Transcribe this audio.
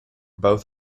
both